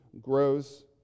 grows